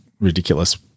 ridiculous